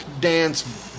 dance